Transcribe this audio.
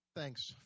Thanks